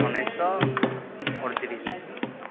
ଉଣେଇଶହ ଅଠତିରିଶ